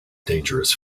dangerous